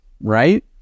right